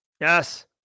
Yes